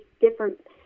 different